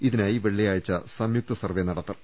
ഇതിനായി വെള്ളിയാഴ്ച്ച സംയുക്ത സർവ്വെ നടത്തും